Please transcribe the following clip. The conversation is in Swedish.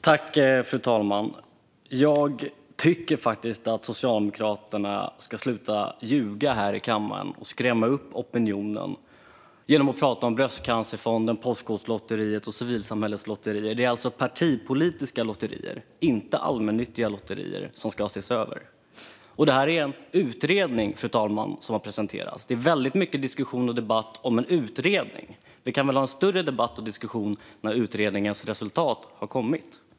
Fru talman! Jag tycker faktiskt att Socialdemokraterna ska sluta ljuga här i kammaren och sluta skrämma upp opinionen genom att prata om Bröstcancerfonden, Postkodlotteriet och civilsamhällets lotterier. Det är alltså partipolitiska lotterier, inte allmännyttiga lotterier, som ska ses över. Och det är en utredning, fru talman, som har presenterats. Det är väldigt mycket diskussion och debatt om en utredning. Vi kan väl ha en större debatt och diskussion när utredningens resultat har kommit.